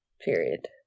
Period